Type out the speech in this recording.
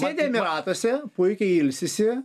sėdi emiratuose puikiai ilsisi